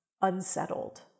unsettled